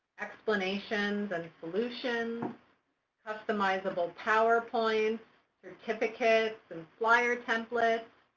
explanations, and solutions customizable powerpoints certificates and flyer templates